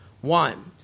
One